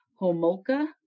Homolka